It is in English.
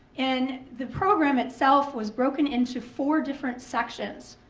and the program itself was broken into four different sections.